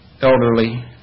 elderly